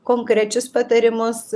konkrečius patarimus